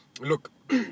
Look